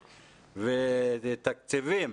ותקציבים,